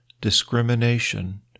discrimination